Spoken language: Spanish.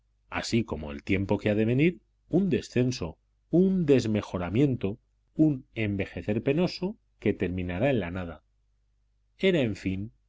así como todo el tiempo que ha de venir un descenso un desmejoramiento un envejecer penoso que terminará en la nada era en fin